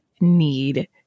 Need